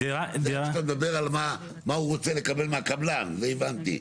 כשאתה מדבר על מה הוא רוצה לדבר מהקבלן, זה הבנתי.